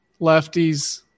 lefties